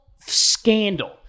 scandal